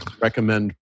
recommend